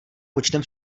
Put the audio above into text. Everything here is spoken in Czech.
počtem